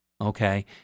okay